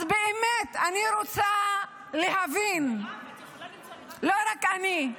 אז באמת אני רוצה להבין, לא רק אני,